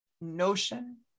notion